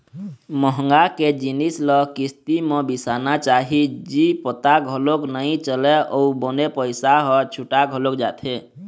महँगा के जिनिस ल किस्ती म बिसाना चाही जी पता घलोक नइ चलय अउ बने पइसा ह छुटा घलोक जाथे